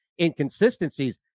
inconsistencies